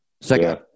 Second